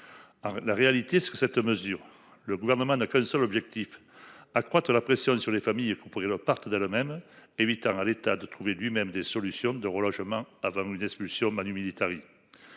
la réalité ce que cette mesure, le gouvernement n'a qu'un seul objectif, accroître la pression sur les familles et qu'on pourrait leur partout de la même et 8 ans à l'État de trouver lui-même des solutions de relogement avant les expulsions Manu militari.